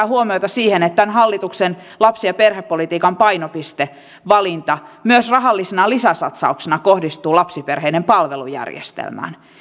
huomiota siihen että tämän hallituksen lapsi ja perhepolitiikan painopiste valinta myös rahallisena lisäsatsauksena kohdistuu lapsiperheiden palvelujärjestelmään